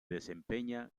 desempeña